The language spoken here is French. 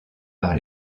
par